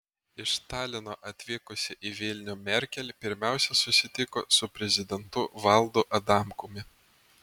iš talino atvykusi į vilnių merkel pirmiausia susitiko su prezidentu valdu adamkumi